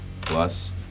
plus